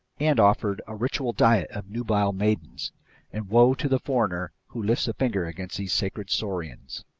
and offered a ritual diet of nubile maidens and woe to the foreigner who lifts a finger against these sacred saurians.